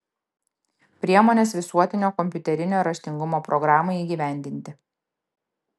priemonės visuotinio kompiuterinio raštingumo programai įgyvendinti